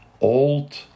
old